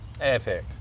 Epic